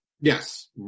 Yes